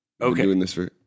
Okay